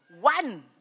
One